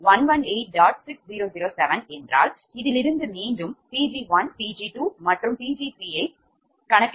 6007 என்றால்இதிலிருந்து மீண்டும் Pg1 Pg2 மற்றும் Pg3 ஆகியவற்றைக் கணக்கிடுகிறீர்கள்